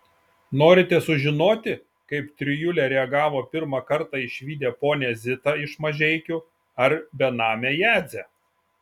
norite sužinoti kaip trijulė reagavo pirmą kartą išvydę ponią zitą iš mažeikių ar benamę jadzę